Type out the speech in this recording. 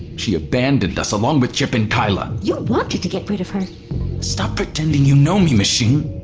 she abandoned us, along with chip and keila! you wanted to get rid of her stop pretending you know me, machine.